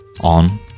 on